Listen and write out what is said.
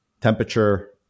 temperature